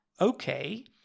okay